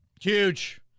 Huge